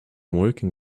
working